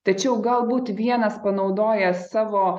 tačiau galbūt vienas panaudoja savo